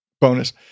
bonus